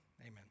amen